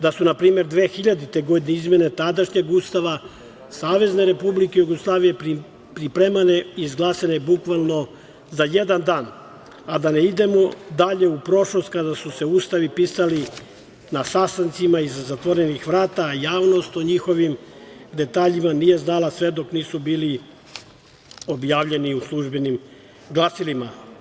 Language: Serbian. Da su, na primer, 2000. godine izmene tadašnjeg Ustava SR Jugoslavije pripremane i izglasane bukvalno za jedan dan, a da ne idemo dalje u prošlost, kada su se ustavi pisali na sastancima iza zatvorenih vrata, a javnost o njihovim detaljima nije znala sve dok nisu bili objavljeni u službenim glasilima.